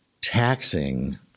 taxing